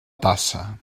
tassa